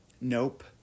Nope